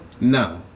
No